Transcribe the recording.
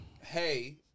Hey